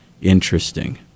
interesting